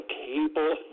cable